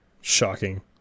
Shocking